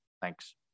Thanks